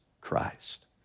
Christ